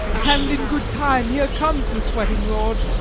and, in good time, here comes the sweating lord.